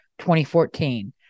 2014